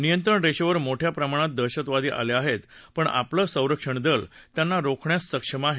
नियंत्रण रेषेवर मोठ्या प्रमाणात दहशतवादी आले आहेत पण आपलं संरक्षण दल त्यांना रोखण्यास सक्षम आहे